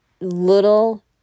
little